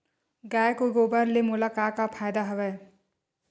गाय के गोबर ले मोला का का फ़ायदा हवय?